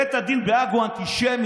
בית הדין בהאג הוא אנטישמי,